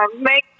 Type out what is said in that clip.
make